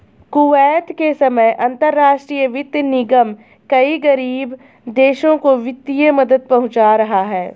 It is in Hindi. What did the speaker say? कुवैत के समय अंतरराष्ट्रीय वित्त निगम कई गरीब देशों को वित्तीय मदद पहुंचा रहा है